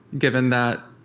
given that